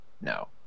No